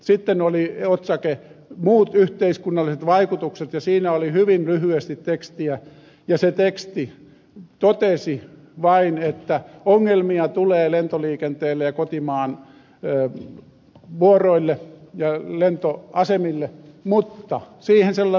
sitten oli otsake muut yhteiskunnalliset vaikutukset ja siinä oli hyvin lyhyesti tekstiä ja se teksti totesi vain että ongelmia tulee lentoliikenteelle ja kotimaan vuoroille ja lentoasemille mutta siihen se päättyikin